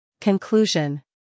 Conclusion